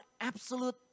absolute